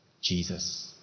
Jesus